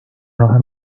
راه